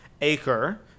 Acre